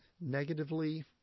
negatively